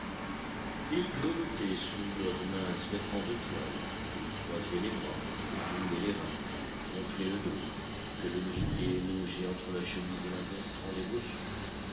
ils grelottaient sous leurs minces vêtements de toile ils croisaient les bras roulaient les reins gonflaient le dos que le briquet logé entre la chemise et la veste rendait bossu